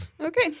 Okay